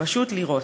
פשוט לירות,